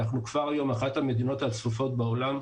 אנחנו כבר היום אחת המדינות הצפופות בעולם,